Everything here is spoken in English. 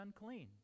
unclean